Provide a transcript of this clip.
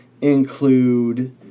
include